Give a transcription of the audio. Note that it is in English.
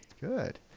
good